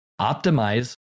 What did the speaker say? optimize